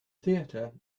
theater